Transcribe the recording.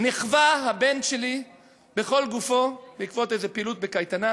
נכווה הבן שלי בכל גופו בעקבות איזו פעילות בקייטנה.